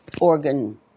organ